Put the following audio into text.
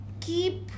keep